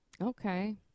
Okay